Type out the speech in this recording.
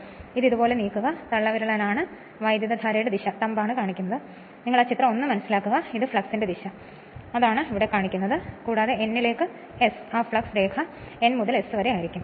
അതിനാൽ ഇത് ഇതുപോലെ നീക്കുക തള്ളവിരലാണ് വൈദ്യുതധാരയുടെ ദിശ തുടർന്ന് നിങ്ങൾ ആ ചിത്രം 1 മനസ്സിലാക്കുക ഇതാണ് ഫ്ലക്സിന്റെ ദിശ അതിനാലാണ് ഇത് ഇവിടെ കാണിക്കുന്നത് അതിനാലാണ് ഇത് ഇവിടെ കാണിക്കുന്നത് കൂടാതെ ഈ N ലേക്ക് S ആ ഫ്ലക്സ് രേഖ N മുതൽ S വരെ ആയിരിക്കും